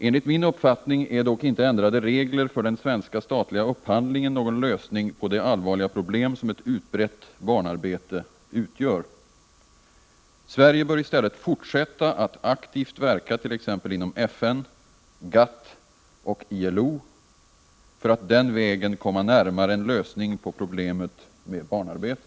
Enligt min uppfattning är dock inte ändrade regler för den svenska statliga upphandlingen någon lösning på det allvarliga problem som ett utbrett barnarbete utgör. Sverige bör i stället fortsätta att aktivt verka t.ex. inom FN, GATT och ILO för att den vägen komma närmare en lösning på problemet med barnarbete.